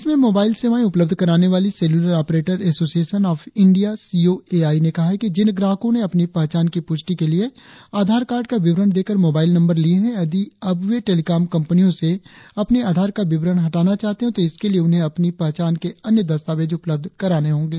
देश में मोबाइल सेवाएं उपलब्ध कराने वाली cellular operators association of India COAI ने कहा है कि जिन ग्राहको ने अपनी पहचान की पुष्टि के लिए आधारकार्ड का विवरण देकर मोबाइल नंबर लिए है यदि अब वे टेलीकॉम कंपनियों से अपने आधार का विवरण हटाना चाहते है तो इसके लिए उन्हें अपनी पहचान के अन्य दस्तावेज उपलब्ध कराने होंगे